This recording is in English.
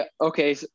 okay